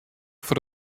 foar